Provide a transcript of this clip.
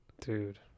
dude